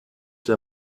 der